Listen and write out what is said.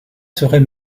serait